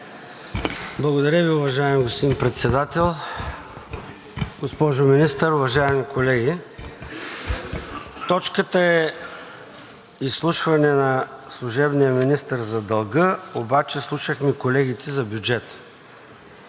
Благодаря Ви, уважаеми господин Председател. Госпожо Министър, уважаеми колеги! Точката е: „Изслушване на служебния министър за дълга“, обаче слушахме колегите за бюджета.